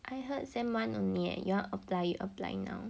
I heard semester one only leh you want apply you apply now